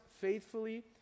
faithfully